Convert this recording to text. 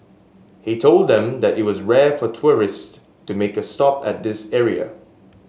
he told them that it was rare for tourists to make a stop at this area